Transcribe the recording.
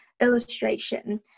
illustration